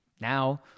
now